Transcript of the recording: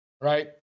right